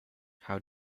how